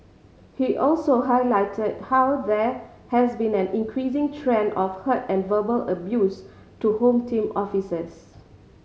he also highlighted how there has been an increasing trend of hurt and verbal abuse to Home Team offices